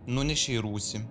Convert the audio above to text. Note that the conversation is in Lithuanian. nunešė į rūsį